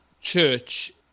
Church